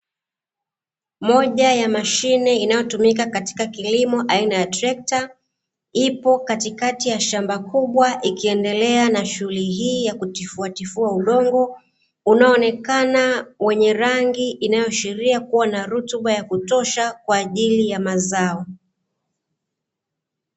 Moja ya mashine inayotumika katika kilimo aina ya trekta, ipo katikati ya shamba kubwa ikiendelea na shughuli hii ya kutifuatifua udongo unaoonekana wenye rangi inayoashiria kuwa na rutuba ya kutosha kwa ajili ya mazao.